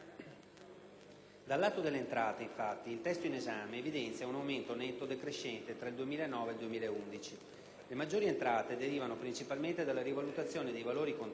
Dal lato delle entrate, infatti, il testo in esame evidenzia un aumento netto decrescente tra il 2009 e il 2011. Le maggiori entrate derivano principalmente dalla rivalutazione dei valori contabili,